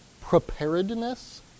preparedness